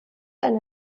eine